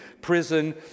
prison